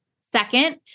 Second